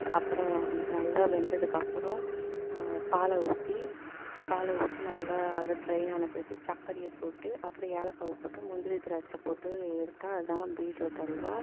அப்பறம் நல்லா வெந்ததுக்கு அப்பறம் பாலை ஊற்றி பாலை ஊற்றி நல்லா அது ட்ரையான பிறகு சக்கரையை போட்டு அப்பறம் ஏலக்காவை போட்டு முந்திரி திராட்சை போட்டு எடுத்தால் அதுதான்ங்க பீட்ரூட் அல்வா